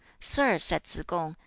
sir, said tsz-kung,